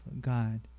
God